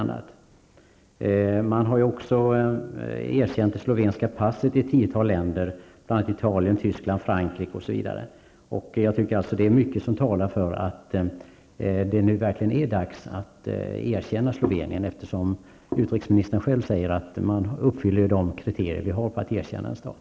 I ett tiotal länder har det slovenska passet erkänts, bl.a. i Italien, Tyskland och Frankrike. Det är mycket som talar för att det nu verkligen är dags att erkänna Slovenien. Utrikesministern säger ju själv att Slovenien uppfyller de kriterier som finns för att erkänna en stat.